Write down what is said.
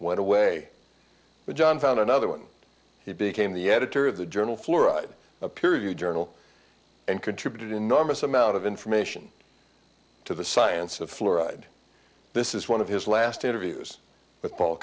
went away but john found another one he became the editor of the journal fluoride a period journal and contributed enormous amount of information to the science of florid this is one of his last interviews